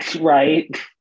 right